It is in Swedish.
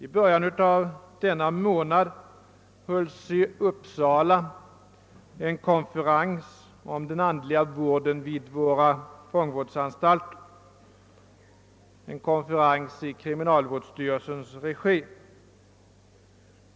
I början av denna månad hölls i Uppsala en konferens om den andliga vården vid våra fångvårdsanstalter. Denna konferens hölls i kriminalvårdsstyrelsens regi.